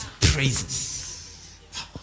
praises